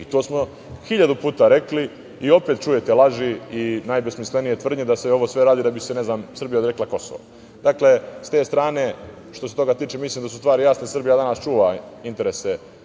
i to smo hiljadu puta rekli i opet čujete laži i najbesmislenije tvrdnje da se sve ovo radi da bi se Srbija odrekla Kosova. Dakle, sa te strane, što se toga tiče, mislim da su stvari jasne. Srbija danas čuva interese